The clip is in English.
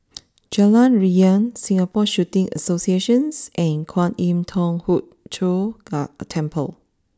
Jalan Riang Singapore Shooting Associations and Kwan Im Thong Hood Cho Temple